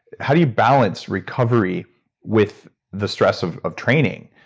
how do you balance recovery with the stress of of training?